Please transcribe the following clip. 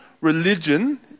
religion